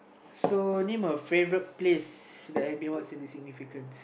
so name a favorite place that I've been what is the significance